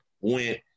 went